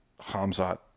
Hamzat